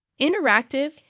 interactive